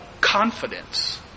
confidence